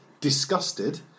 disgusted